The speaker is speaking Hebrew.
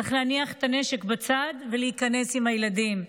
צריך להניח את הנשק בצד ולהיכנס עם הילדים,